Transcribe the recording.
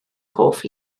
hoff